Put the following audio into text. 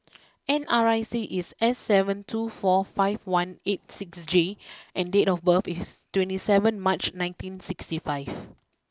N R I C is S seven two four five one eight six J and date of birth is twenty seven March nineteen sixty five